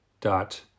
dot